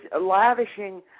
lavishing